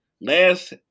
Last